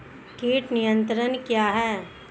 कीट नियंत्रण क्या है?